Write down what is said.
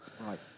Right